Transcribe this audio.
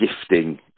gifting